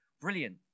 brilliant